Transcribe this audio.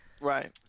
Right